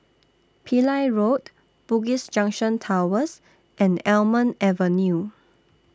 Pillai Road Bugis Junction Towers and Almond Avenue